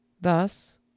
Thus